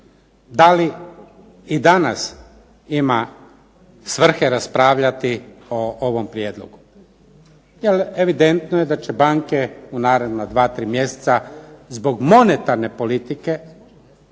da li i danas ima svrhe raspravljati o ovom prijedlogu, jer evidentno je da će banke u naredna dva, tri mjeseca zbog monetarne politike